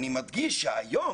אני מדגיש שהיום,